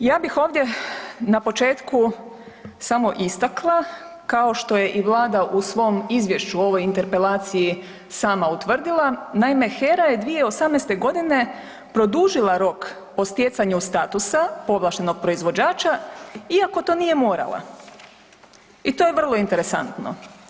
Ja bih ovdje na početku samo istakla kao što je i vlada u svom izvješću u ovoj interpelaciji sama utvrdila, naime HERA je 2018.g. produžila rok o stjecanju statusa povlaštenog proizvođača iako to nije morala i to je vrlo interesantno.